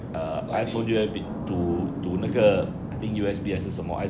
lighting